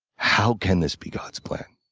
how can this be god's plan?